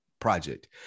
project